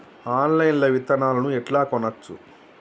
Online లా విత్తనాలను ఎట్లా కొనచ్చు?